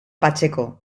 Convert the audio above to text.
pacheco